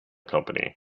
company